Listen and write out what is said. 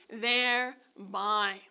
thereby